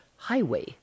highway